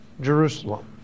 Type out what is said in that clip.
Jerusalem